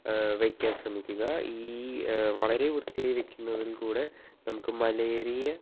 വയ്ക്കാൻ ശ്രമിക്കുക ഈ വളരെ വൃത്തിയായി വെക്കുന്നതിലൂടെ നമുക്ക് മലേറിയ